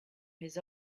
his